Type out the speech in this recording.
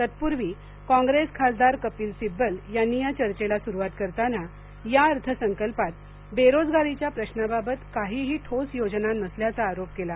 तत्पूर्वी काँग्रेस खासदार कपिल सिब्बल यांनी या चर्चेला सुरुवात करताना या अर्थ संकल्पात बेरोजगारीच्या प्रशाबाबत काहीही ठोस योजना नसल्याचा आरोप केला